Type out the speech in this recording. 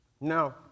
No